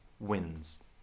wins